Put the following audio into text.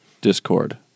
discord